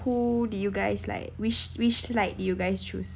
who did you guys like which which slide did you guys choose